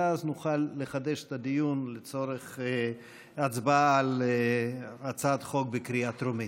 ואז נוכל לחדש את הדיון לצורך הצבעה על הצעת חוק בקריאה טרומית.